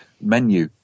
menu